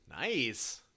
Nice